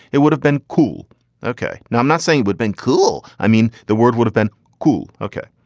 it would have been cool okay. now, i'm not saying we'd been cool. i mean, the word would have been cool. okay.